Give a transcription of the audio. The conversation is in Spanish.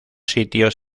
sitios